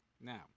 Now